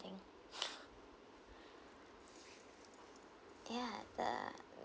ya the